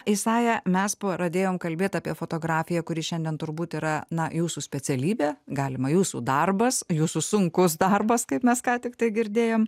isaja mes pradėjom kalbėt apie fotografiją kuri šiandien turbūt yra na jūsų specialybė galima jūsų darbas jūsų sunkus darbas kaip mes ką tik tai girdėjom